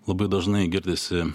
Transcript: labai dažnai girdisi